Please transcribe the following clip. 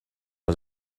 was